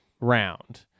Round